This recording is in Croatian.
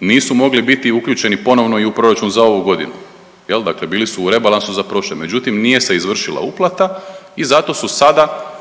nisu mogli biti uključeni ponovno i u proračun za ovu godinu, je li? Dakle bili su u rebalansu za prošlu. Međutim, nije se izvršila uplata i zato su sada